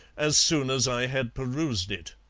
as soon as i had perused it.